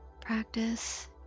Practice